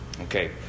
Okay